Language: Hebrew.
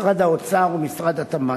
משרד האוצר ומשרד התמ"ת.